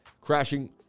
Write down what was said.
crashing